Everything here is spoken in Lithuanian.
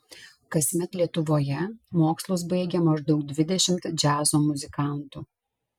kasmet lietuvoje mokslus baigia maždaug dvidešimt džiazo muzikantų